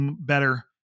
better